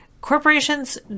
corporations